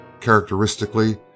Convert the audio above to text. Characteristically